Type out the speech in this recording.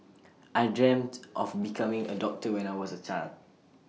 I dreamt of becoming A doctor when I was A child